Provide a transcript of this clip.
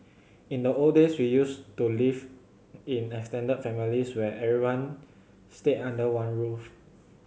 in the old days we used to live in extended families where everyone stayed under one roof